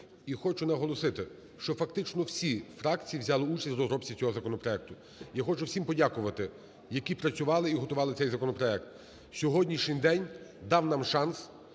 хочу наголосити, що фактично всі фракції взяли участь в розробці цього законопроекту. Я хочу всім подякувати, які працювали і готували цей законопроект. Сьогоднішній день дав нам шанс